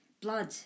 blood